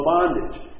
bondage